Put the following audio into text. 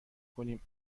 کنیم